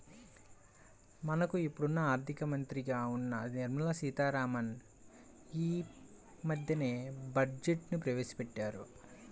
మనకు ఇప్పుడు ఆర్థిక మంత్రిగా ఉన్న నిర్మలా సీతారామన్ యీ మద్దెనే బడ్జెట్ను ప్రవేశపెట్టారు